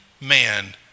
man